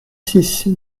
six